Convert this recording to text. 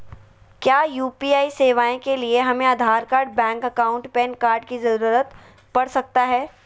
क्या यू.पी.आई सेवाएं के लिए हमें Aadhaar card bank account PAN card की जरूरत पड़ सकता है?